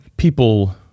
people